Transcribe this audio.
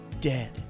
dead